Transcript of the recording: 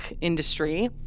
industry